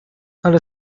ale